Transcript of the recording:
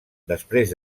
després